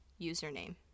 username